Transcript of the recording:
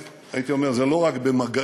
הייתי אומר שזה לא רק במגעים,